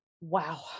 wow